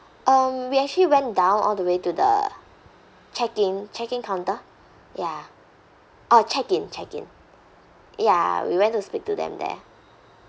um we actually went down all the way to the check in check in counter ya oh check in check in ya we went to speak to them there